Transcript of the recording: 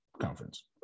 conference